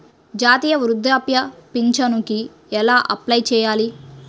జాతీయ వృద్ధాప్య పింఛనుకి ఎలా అప్లై చేయాలి?